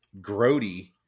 Grody